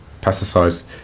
pesticides